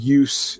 use